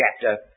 chapter